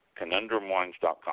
conundrumwines.com